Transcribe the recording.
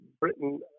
Britain